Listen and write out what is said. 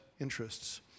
interests